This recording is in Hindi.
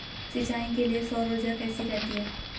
सिंचाई के लिए सौर ऊर्जा कैसी रहती है?